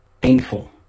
painful